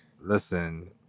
Listen